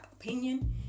opinion